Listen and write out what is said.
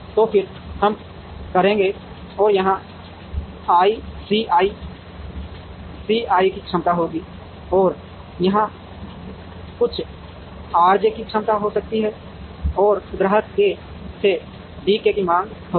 तो फिर हम करेंगे और यहाँ C i की क्षमता होगी और यहाँ कुछ R j की क्षमता हो सकती है और ग्राहक k से D k की माँग होगी